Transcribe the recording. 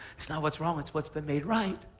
it's not what's wrong, it's what's been made right.